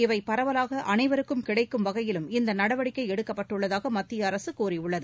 இவை பரவலாக அனைவருக்கும் கிடைக்கும் வகையிலும் இந்த நடவடிக்கை எடுக்கப்பட்டுள்ளதாக மத்திய அரசு கூறியுள்ளது